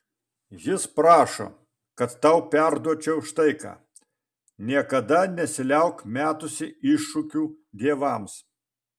jis prašo kad tau perduočiau štai ką niekada nesiliauk metusi iššūkių dievams